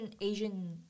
Asian